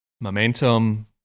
momentum